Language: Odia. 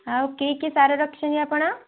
ଆଉ କି କି ସାର ରଖିଛନ୍ତି ଆପଣ